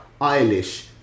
Eilish